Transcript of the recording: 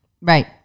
Right